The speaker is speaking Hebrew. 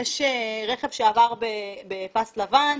יש רכב שעבר בפס לבן.